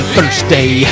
Thursday